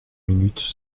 minutes